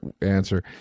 answer